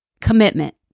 commitment